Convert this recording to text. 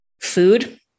food